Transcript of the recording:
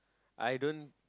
I don't